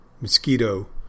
mosquito